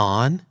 on